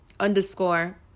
underscore